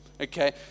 Okay